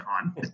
on